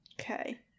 Okay